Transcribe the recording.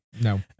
No